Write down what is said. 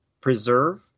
preserve